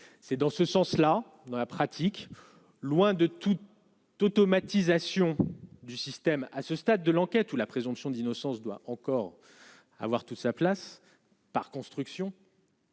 c'est dans ce sens-là, dans la pratique, loin de tout, tu automatisation du système, à ce stade de l'enquête, où la présomption d'innocence doit encore avoir toute sa place par construction.